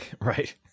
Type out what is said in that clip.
Right